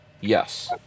Yes